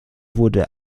wurde